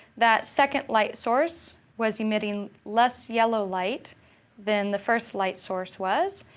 that second light source was emitting less yellow light than the first light source was.